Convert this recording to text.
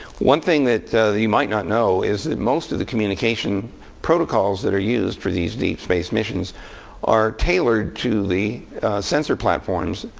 one thing that you might not know is that most of the communication protocols that are used for these deep space missions are tailored to the sensor platforms,